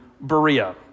Berea